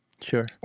Sure